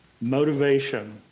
motivation